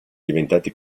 diventati